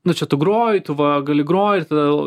nu čia tu groji tu va gali groji ir todėl